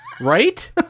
right